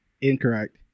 Incorrect